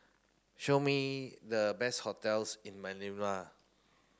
show me the best hotels in Manila